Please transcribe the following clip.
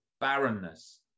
barrenness